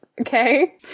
okay